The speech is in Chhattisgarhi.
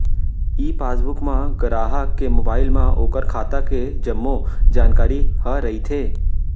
ई पासबुक म गराहक के मोबाइल म ओकर खाता के जम्मो जानकारी ह रइथे